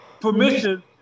permission